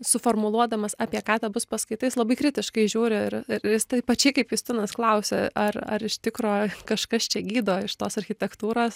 suformuluodamas apie ką ta bus paskaita jis labai kritiškai žiūri ir ir jis taip pačiai kaip justinas klausė ar ar iš tikro kažkas čia gydo iš tos architektūros